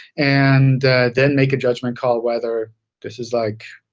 and then make a judgment call whether this is like